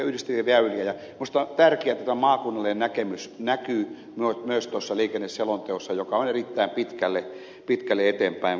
minusta on tärkeätä että tämä maakunnallinen näkemys näkyy myös tuossa liikenneselonteossa joka on erittäin pitkälle eteenpäin katsova